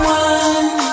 one